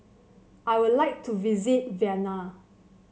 I would like to visit Vienna